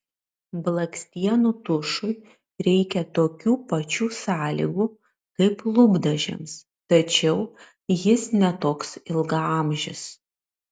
blakstienų tušui reikia tokių pačių sąlygų kaip lūpdažiams tačiau jis ne toks ilgaamžis